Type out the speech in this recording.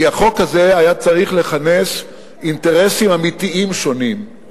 כי החוק הזה היה צריך לכנס אינטרסים אמיתיים שונים,